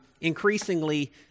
increasingly